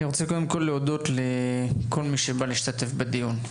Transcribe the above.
רוצה להודות לכל מי שהשתתף בדיון,